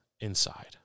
inside